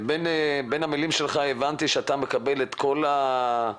בין המילים שלך הבנתי שאתה מקבל את כל האש,